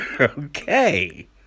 okay